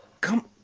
come